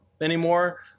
anymore